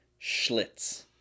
Schlitz